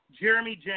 Jeremy